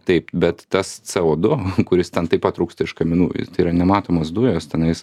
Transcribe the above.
taip bet tas co du kuris ten taip pat rūksta iš kaminų ir tai yra nematomos dujos tenais